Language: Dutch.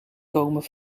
komen